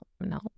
No